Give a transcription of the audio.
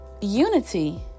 unity